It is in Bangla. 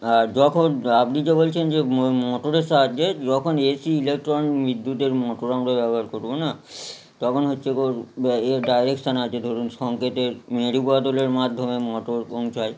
আর যখন রা আপনি যে বলছেন যে মোটরের সাহায্যে যখন এসি ইলেকট্রনিক্স বিদ্যুতের মোটর আমরা ব্যবহার করবো না তখন হচ্ছে গিয়ে এর ডাইরেকশান আছে ধরুন সংকেতের মেরু বদলের মাধ্যমে মোটর পৌঁছাই